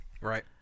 Right